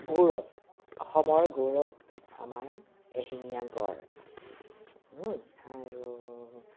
গৌৰৱ অসমৰ গৌৰৱ আমাৰ এশিঙীয়া গঁড় আৰু